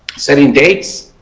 setting dates,